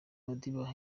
madiba